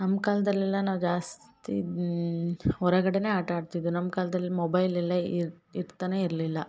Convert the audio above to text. ನಮ್ಮ ಕಾಲ್ದಲ್ಲಿ ಎಲ್ಲ ನಾವು ಜಾಸ್ತಿನ್ ಹೊರಗಡೆನೆ ಆಟ ಆಡ್ತಿದ್ದು ನಮ್ಮ ಕಾಲ್ದಲ್ಲಿ ಮೊಬೈಲ್ ಎಲ್ಲಾ ಇರ್ ಇರ್ತಾನೇ ಇರಲಿಲ್ಲ